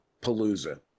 palooza